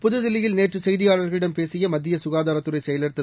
புதுதில்லியில் நேற்று செய்தியாளர்களிடம் பேசிய மத்திய சுகாதாரத்துறை செயலர் திரு